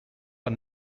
are